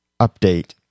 update